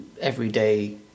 everyday